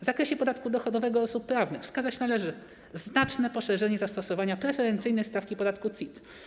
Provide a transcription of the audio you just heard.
W zakresie podatku dochodowego osób prawnych wskazać należy znaczne poszerzenie zastosowania preferencyjnej stawki podatku CIT.